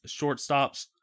shortstops